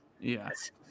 Yes